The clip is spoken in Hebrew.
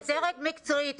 זה דרג מקצועי.